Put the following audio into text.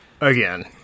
Again